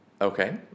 Okay